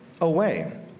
away